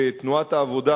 שתנועת העבודה,